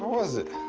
was it?